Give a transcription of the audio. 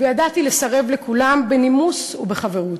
וידעתי לסרב לכולן בנימוס ובחברות.